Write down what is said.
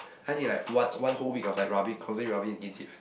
I did like one one whole week of like rubbing constantly rubbing against it right